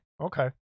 Okay